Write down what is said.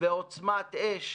ובעוצמת אש